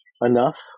enough